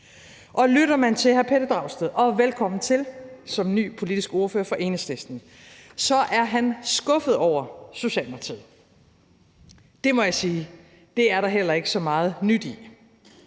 Lytter man til hr. Pelle Dragsted, og velkommen til som ny politisk ordfører for Enhedslisten, er han skuffet over Socialdemokratiet. Der må jeg sige, at det er der heller ikke så meget nyt i.